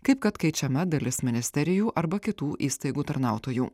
kaip kad keičiama dalis ministerijų arba kitų įstaigų tarnautojų